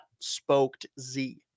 SpokedZ